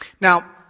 Now